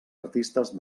artistes